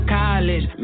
college